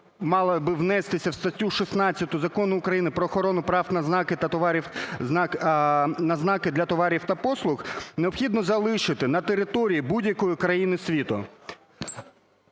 мала би внестися у статтю 16 Закону України "Про охорону прав на знаки для товарів і послуг", необхідно залишити "на території будь-якої країни світу".